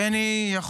בני,